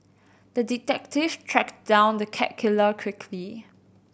the detective tracked down the cat killer quickly